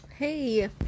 Hey